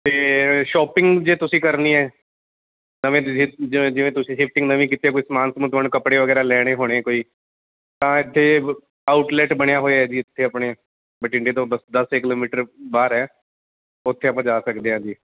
ਅਤੇ ਸ਼ੋਪਿੰਗ ਜੇ ਤੁਸੀਂ ਕਰਨੀ ਹੈ ਤਾਂ ਵੀ ਤੁਸੀਂ ਜਿਵੇਂ ਜਿਵੇਂ ਤੁਸੀਂ ਸ਼ਿਫਟਿੰਗ ਨਵੀਂ ਕੀਤੀ ਆ ਕੋਈ ਸਮਾਨ ਸਮੂਨ ਤੁਹਾਨੂੰ ਕੱਪੜੇ ਵਗੈਰਾ ਲੈਣੇ ਹੋਣੇ ਕੋਈ ਤਾਂ ਇੱਥੇ ਆਊਟਲੈਟ ਬਣਿਆ ਹੋਇਆ ਜੀ ਇੱਥੇ ਆਪਣੇ ਬਠਿੰਡੇ ਤੋਂ ਬਸ ਦਸ ਕਿਲੋਮੀਟਰ ਬਾਹਰ ਹੈ ਉੱਥੇ ਆਪਾਂ ਜਾ ਸਕਦੇ ਹਾਂ ਜੀ